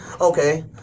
Okay